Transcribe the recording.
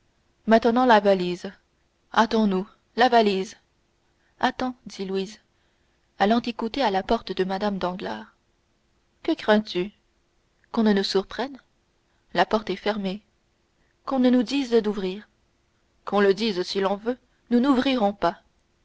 maintenant la valise hâtons-nous la valise attends dit louise allant écouter à la porte de mme danglars que crains-tu qu'on ne nous surprenne la porte est fermée qu'on ne nous dise d'ouvrir qu'on le dise si l'on veut nous n'ouvrons pas